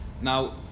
Now